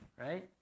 right